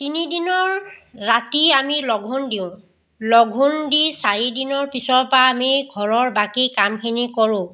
তিনিদিনৰ ৰাতি আমি লঘোণ দিওঁ লঘোণ দি চাৰিদিনৰ পিছৰ পৰা আমি ঘৰৰ বাকী কামখিনি কৰোঁ